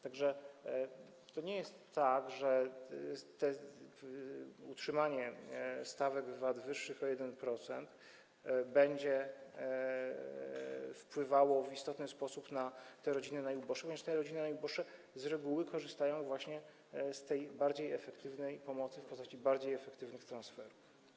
Tak że to nie jest tak, że utrzymanie stawek VAT wyższych o 1% będzie wpływało w istotny sposób na rodziny najuboższe, ponieważ te rodziny najuboższe z reguły korzystają właśnie z tej bardziej efektywnej pomocy w postaci bardziej efektywnych transferów.